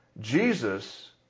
Jesus